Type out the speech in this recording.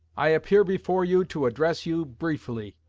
i appear before you to address you briefly,